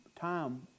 time